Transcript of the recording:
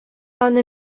аны